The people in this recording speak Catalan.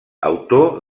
autor